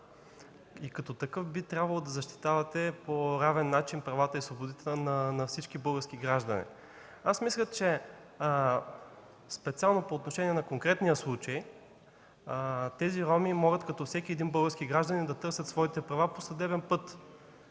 и като такъв би трябвало да защитавате по равен начин правата и свободите на всички български граждани. Мисля, че специално по отношение на конкретния случай тези роми могат като всеки български гражданин да търсят своите права по съдебен път.